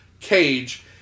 cage